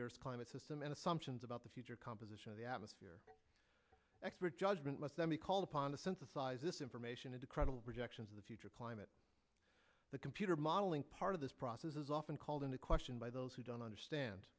the earth's climate system and assumptions about the future composition of the atmosphere expert judgement let them be called upon to synthesize this information into credible projections of the future climate the computer modeling part of this process is often called into question by those who don't understand